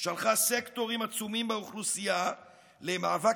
שלחה סקטורים עצומים באוכלוסייה למאבק